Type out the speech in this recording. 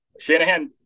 Shanahan